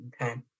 Okay